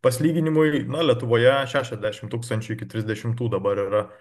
pasilyginimui na lietuvoje šešiasdešim tūkstančių iki trisdešimtų dabar yra